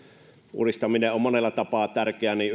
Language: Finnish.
uudistaminen on monella tapaa tärkeä niin